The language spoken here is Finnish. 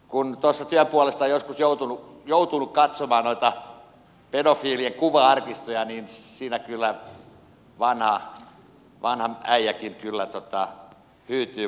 kun tuossa työn puolesta on joskus joutunut katsomaan noita pedofiilien kuva arkistoja niin siinä kyllä vanha äijäkin hyytyy